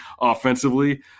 offensively